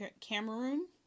Cameroon